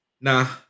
Nah